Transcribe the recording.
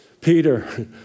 Peter